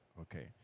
Okay